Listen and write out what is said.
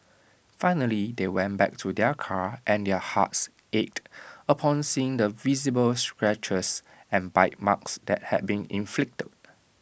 finally they went back to their car and their hearts ached upon seeing the visible scratches and bite marks that had been inflicted